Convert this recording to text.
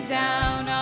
down